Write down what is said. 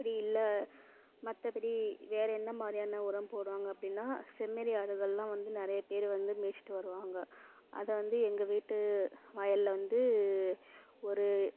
அப்படி இல்லை மற்றபடி வேறு என்ன மாதிரியான உரம் போடுவாங்க அப்படினா செம்மறி ஆடுகள் எல்லாம் வந்து நிறைய பேர் வந்து மேய்ச்சிட்டு வருவாங்க அதை வந்து எங்கள் வீட்டு வயலில் வந்து ஒரு